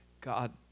God